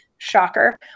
Shocker